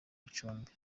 gicumbi